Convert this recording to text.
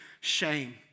shame